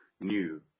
new